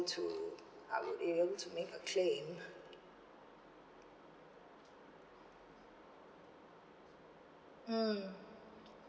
to I will you know to make a claim mm